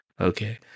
Okay